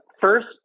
First